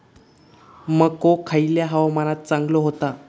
मको खयल्या हवामानात चांगलो होता?